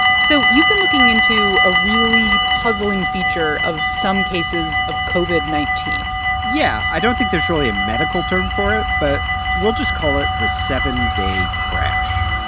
so you've been looking into a really puzzling feature of some cases of covid nineteen point yeah. i don't think there's really a medical term for it, but we'll just call it the seven-day crash.